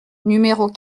numéros